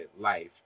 life